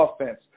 offense